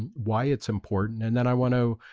and why it's important and then i want to ah,